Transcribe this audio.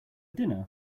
dinner